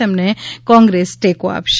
તેમને કોંગ્રેસ ટેકો આપશે